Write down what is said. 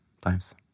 times